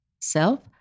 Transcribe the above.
self